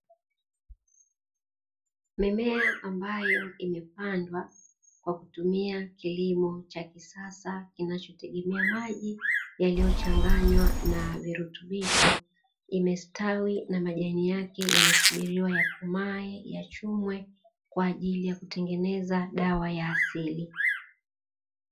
Mimea ambayo imepandwa kwa kutumia kilimo cha kisasa, kinachotegemea maji yaliyochanganywa na virutubisho, imestawi na majani yake yanasubiriwa yakomae, yachumwe, kwa ajili ya kutengeneza dawa ya asili.